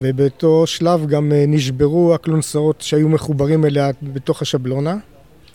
ובאותו שלב גם נשברו הקלונסאות שהיו מחוברים אליה בתוך השבלונה